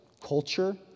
culture